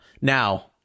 now